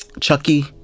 Chucky